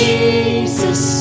Jesus